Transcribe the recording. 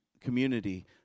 community